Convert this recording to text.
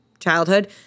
childhood